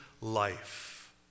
life